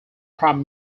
prime